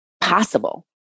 possible